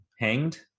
hanged